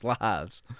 lives